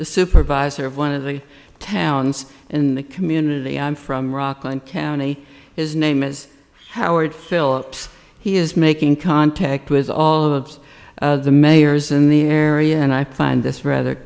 the supervisor of one of the towns in the community i'm from rockland county his name is howard philips he is making contact with all of the mayors in the area and i find this rather